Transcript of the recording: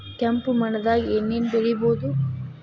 ಕೆಂಪು ಮಣ್ಣದಾಗ ಏನ್ ಏನ್ ಬೆಳಿಬೊದು?